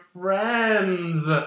friends